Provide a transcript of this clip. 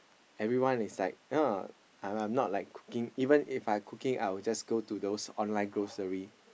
everyone is like oh I'm I'm not like cooking even If I cooking I will just go to those online grocery